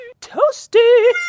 Toasty